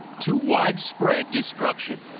to widespread destruction,